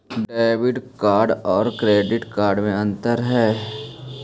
Debit card और credit card में अन्तर है?